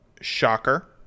shocker